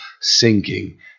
sinking